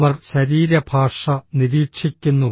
അവർ ശരീരഭാഷ നിരീക്ഷിക്കുന്നു